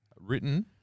Written